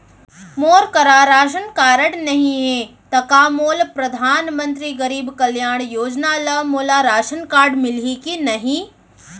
मोर करा ration card नहीं है त का मोल परधानमंतरी गरीब कल्याण योजना ल मोला राशन मिलही कि नहीं?